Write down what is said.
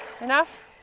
Enough